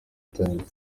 times